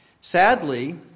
Sadly